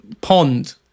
pond